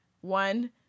one